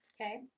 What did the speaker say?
Okay